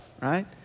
right